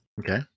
Okay